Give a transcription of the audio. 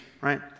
right